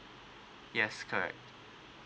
yes correct